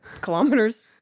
kilometers